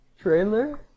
trailer